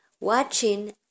watching